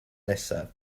nesaf